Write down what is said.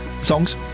Songs